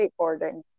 skateboarding